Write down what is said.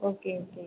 okay okay